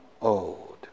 old